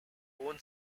own